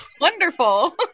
Wonderful